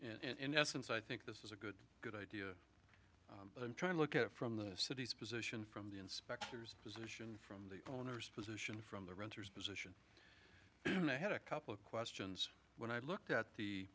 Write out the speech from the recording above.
in essence i think this is a good good idea i'm trying to look at it from the city's position from the inspectors from the owner's position from the renters position and i had a couple of questions when i looked at the